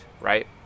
right